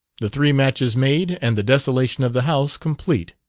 the three matches made and the desolation of the house complete.